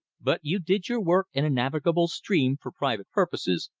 but you did your work in a navigable stream for private purposes,